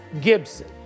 gibson